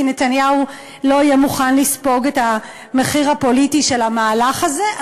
כי נתניהו לא יהיה מוכן לספוג את המחיר הפוליטי של המהלך הזה.